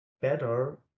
better